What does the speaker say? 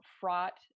fraught